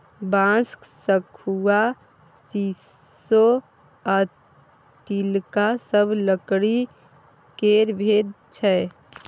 बांस, शखुआ, शीशो आ तिलका सब लकड़ी केर भेद छै